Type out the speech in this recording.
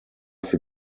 für